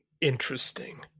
interesting